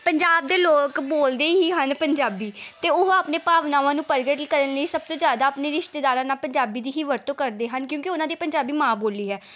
ਪੰਜਾਬ ਦੇ ਲੋਕ ਬੋਲਦੇ ਹੀ ਹਨ ਪੰਜਾਬੀ ਅਤੇ ਉਹ ਆਪਣੇ ਭਾਵਨਾਵਾਂ ਨੂੰ ਪ੍ਰਗਟ ਕਰਨ ਲਈ ਸਭ ਤੋਂ ਜ਼ਿਆਦਾ ਆਪਣੇ ਰਿਸ਼ਤੇਦਾਰਾਂ ਨਾਲ ਪੰਜਾਬੀ ਦੀ ਹੀ ਵਰਤੋਂ ਕਰਦੇ ਹਨ ਕਿਉਂਕਿ ਉਹਨਾਂ ਦੀ ਪੰਜਾਬੀ ਮਾਂ ਬੋਲੀ ਹੈ